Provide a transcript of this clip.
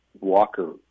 Walker